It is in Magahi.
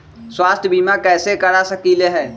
स्वाथ्य बीमा कैसे करा सकीले है?